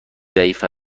ضعیف